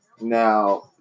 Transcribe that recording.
Now